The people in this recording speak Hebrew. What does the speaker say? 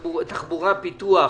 לתחבורה, פיתוח,